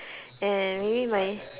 anyway